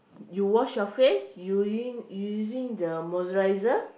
you wash your face using using the moisturizer